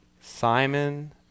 Simon